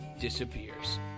disappears